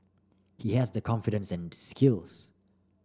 he has the confidence and skills